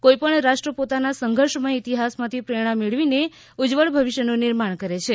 કોઈ પણ રાષ્ટ્ર પોતાના સંઘર્ષમય ઈતિહાસમાંથી પ્રેરણા મેળવીને ઉજ્જવળ ભવિષ્યનું નિર્માણ કરે છે